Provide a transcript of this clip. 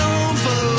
over